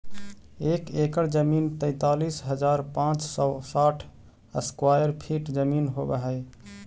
एक एकड़ जमीन तैंतालीस हजार पांच सौ साठ स्क्वायर फीट जमीन होव हई